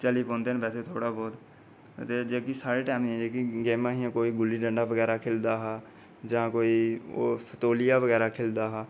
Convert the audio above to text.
चली पौंदे न बैसे थोह्ड़ा बहुत ते जेहकी साढ़े टाइम दियां जेह्की गेमां हियां कोई गुल्ली डंडा बगैरा खेढदा हा जां कोई ओह् संतोलियां बगैरा खेढदा हा